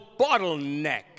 bottleneck